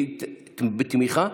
בתמיכה?